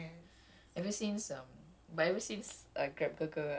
I don't know I don't put anything in the caption you know if you find me it is from the song